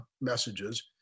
messages